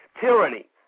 Tyranny